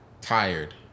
tired